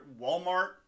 Walmart